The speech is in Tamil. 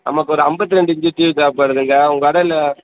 நமக்கு ஒரு ஐம்பத்தி ரெண்டு இன்ச்சு டிவி தேவைப்படுதுங்க உங்கள் கடையில்